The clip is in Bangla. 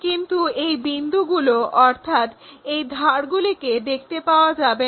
কিন্তু এই বিন্দুগুলো অর্থাৎ এই ধারগুলিকে দেখতে পাওয়া যাবে না